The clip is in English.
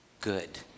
good